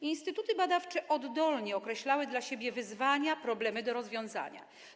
Instytuty badawcze oddolnie określały dla siebie wyzwania i problemy do rozwiązania.